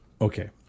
Okay